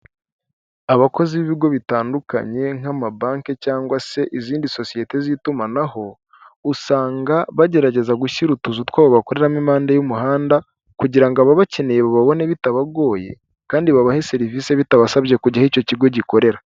Abakozi b'ibigo bitandukanye nk'amabanki cyangwa se izindi sosiyete z'itumanaho, usanga bagerageza gushyira utuzu twobo bakoreramo impanda y'umuhanda, kugira ngo ababakeneye babone bitabagoye, kandi babahe serivisi bitabasabye kujya aho icyo kigo gikorera.